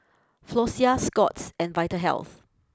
Floxia Scott's and Vitahealth